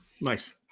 Nice